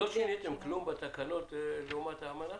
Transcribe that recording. לא שיניתם כלום בתקנות לעומת האמנה?